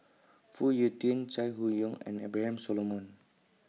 Phoon Yew Tien Chai Hon Yoong and Abraham Solomon